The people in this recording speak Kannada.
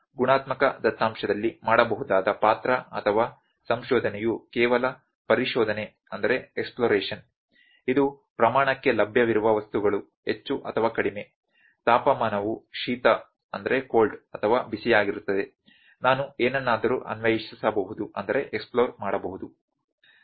ಆದ್ದರಿಂದ ಗುಣಾತ್ಮಕ ದತ್ತಾಂಶದಲ್ಲಿ ಮಾಡಬಹುದಾದ ಪಾತ್ರ ಅಥವಾ ಸಂಶೋಧನೆಯು ಕೇವಲ ಪರಿಶೋಧನೆ ಇದು ಪ್ರಮಾಣಕ್ಕೆ ಲಭ್ಯವಿರುವ ವಸ್ತುಗಳು ಹೆಚ್ಚು ಅಥವಾ ಕಡಿಮೆ ತಾಪಮಾನವು ಶೀತ ಅಥವಾ ಬಿಸಿಯಾಗಿರುತ್ತದೆ ನಾನು ಏನನ್ನಾದರೂ ಅನ್ವೇಷಿಸಬಹುದು